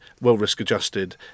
well-risk-adjusted